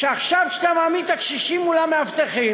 שעכשיו, כשאתה מעמיד את הקשישים מול המאבטחים,